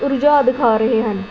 ਰੁਝਾਅ ਦਿਖਾ ਰਹੇ ਹਨ